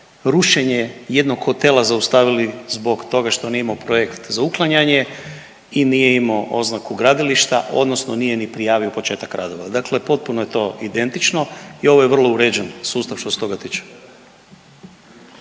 rušenje jednog hotela zaustavili zbog toga što nije imao projekt za uklanjanje i nije imao oznaku gradilišta odnosno nije ni prijavio početak radova. Dakle, potpuno je to identično i ovo je vrlo uređen sustav što se toga tiče.